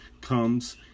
comes